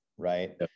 right